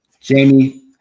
Jamie